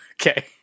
Okay